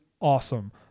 awesome